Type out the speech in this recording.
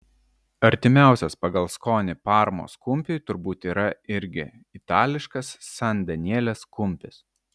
artimiausias pagal skonį parmos kumpiui turbūt yra irgi itališkas san danielės kumpis